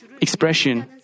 expression